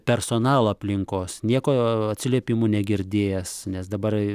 personalo aplinkos nieko atsiliepimų negirdėjęs nes dabar